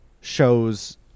shows